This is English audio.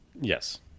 yes